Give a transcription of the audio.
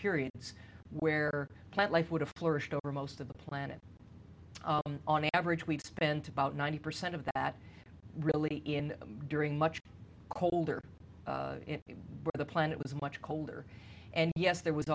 periods where plant life would have flourished over most of the planet on the average we've spent about ninety percent of that really in during much colder the planet was much colder and yes there was